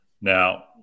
Now